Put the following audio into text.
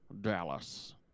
Dallas